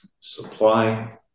Supply